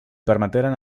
permeteren